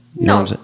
No